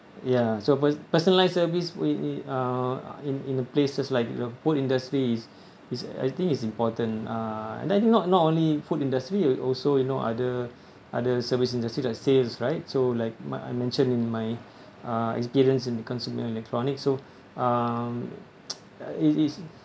ya so for personalised service we uh uh in in places like the poor industries is I think it's important uh and I think not not only food industry you also you know other other service industry like sales right so like my I mentioned in my uh experience in the consumer electronics so um it is